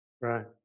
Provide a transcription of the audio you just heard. Right